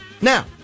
Now